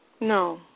No